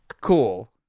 Cool